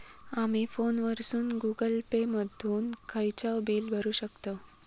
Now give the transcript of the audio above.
आमी फोनवरसून Google Pay मधून खयचाव बिल भरुक शकतव